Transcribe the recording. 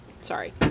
Sorry